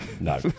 No